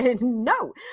no